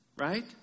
Right